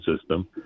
system